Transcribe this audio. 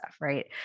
Right